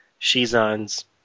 Shizan's